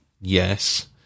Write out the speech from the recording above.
Yes